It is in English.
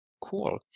Cool